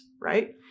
right